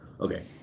Okay